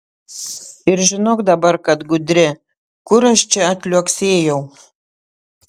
ir žinok dabar kad gudri kur aš čia atliuoksėjau